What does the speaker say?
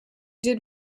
did